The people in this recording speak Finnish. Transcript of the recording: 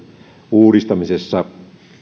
uudistamisesta